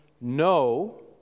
no